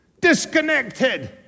disconnected